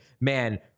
man